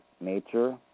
nature